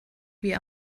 wie